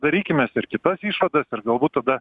darykimes ir kitas išvadas ir galbūt tada